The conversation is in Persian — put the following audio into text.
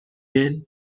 you